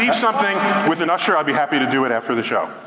um something with an usher, i'd be happy to do it after the show.